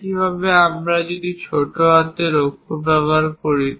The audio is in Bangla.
একইভাবে আমরা যদি ছোট হাতের অক্ষর ব্যবহার করি